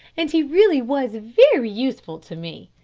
and he really was very useful to me.